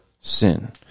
sin